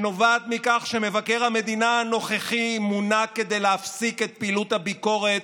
שנובעת מכך שמבקר המדינה הנוכחי מונה כדי להפסיק את פעילות הביקורת,